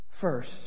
First